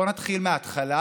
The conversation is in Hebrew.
בואו נתחיל מההתחלה,